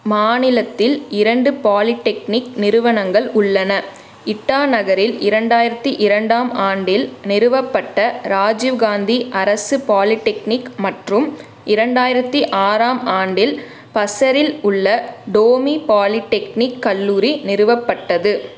மாநிலத்தில் இரண்டு பாலிடெக்னிக் நிறுவனங்கள் உள்ளன இட்டாநகரில் இரண்டாயிரத்தி இரண்டாம் ஆண்டில் நிறுவப்பட்ட ராஜீவ் காந்தி அரசு பாலிடெக்னிக் மற்றும் இரண்டாயிரத்தி ஆறாம் ஆண்டில் பசரில் உள்ள டோமி பாலிடெக்னிக் கல்லூரி நிறுவப்பட்டது